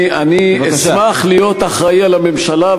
אני אשמח להיות האחראי לממשלה,